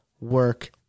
work